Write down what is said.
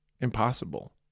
Impossible